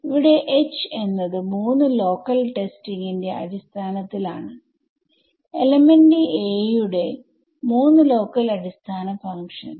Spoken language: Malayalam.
ഇവിടെH എന്നത് 3 ലോക്കൽ ടെസ്റ്റിംഗ് ന്റെ അടിസ്ഥാനത്തിലാണ് എലമെന്റ്aയുടെ 3 ലോക്കൽ അടിസ്ഥാന ഫങ്ക്ഷൻസ്